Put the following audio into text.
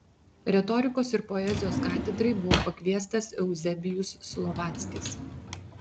retorikos ir poezijos katedrai buvo pakviestas euzebijus slovackis